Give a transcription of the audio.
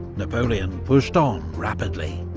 napoleon pushed on rapidly.